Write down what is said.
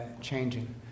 changing